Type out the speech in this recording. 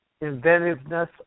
inventiveness